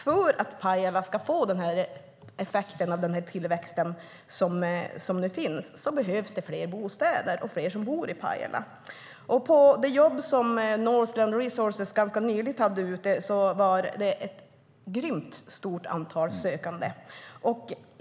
För att Pajala ska kunna få del av tillväxten behövs det fler bostäder och boende i Pajala. Till det jobb som Northland Resources ganska nyligen hade ute var det ett stort antal sökande.